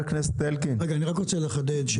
אני רק רוצה לחדד,